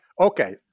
okay